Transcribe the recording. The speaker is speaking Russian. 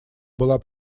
была